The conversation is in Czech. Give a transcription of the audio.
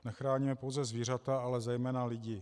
Nechráníme pouze zvířata, ale zejména lidi.